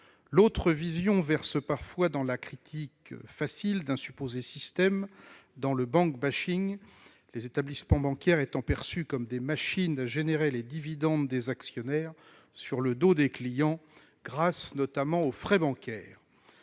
L'autre verse parfois dans la critique facile d'un supposé système et dans le, les établissements bancaires étant perçus comme des machines à produire des dividendes pour les actionnaires sur le dos des clients grâce notamment aux frais bancaires.